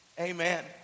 Amen